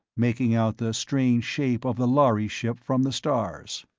making out the strange shape of the lhari ship from the stars.